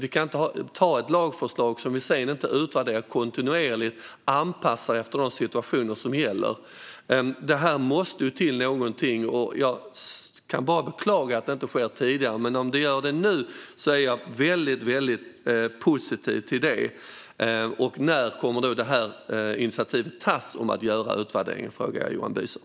Vi kan inte anta ett lagförslag som vi sedan inte utvärderar kontinuerligt och anpassar efter de situationer som gäller. Det måste ske något här. Jag kan bara beklaga att det inte har skett tidigare, men om det gör det nu är jag väldigt positiv till det. När kommer initiativet om att göra en utvärdering att tas, Johan Büser?